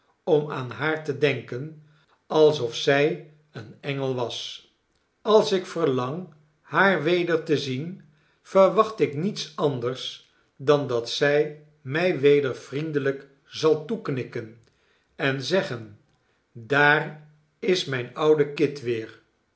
om aan haar te denken alsof zij een engel was als ik verlang haar weder te zien verwacht ik niets anders dan dat zij mij weder vriendelijk zal toeknikken en zeggen daar is mijn oude kit weer